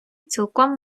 цілком